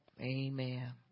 Amen